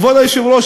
כבוד היושב-ראש,